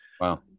Wow